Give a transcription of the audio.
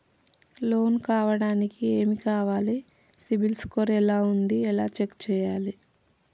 Loan కావడానికి ఏమి కావాలి సిబిల్ స్కోర్ ఎలా ఉంది ఎలా చెక్ చేయాలి?